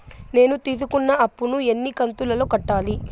నేను తీసుకున్న అప్పు ను ఎన్ని కంతులలో కట్టాలి?